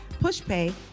PushPay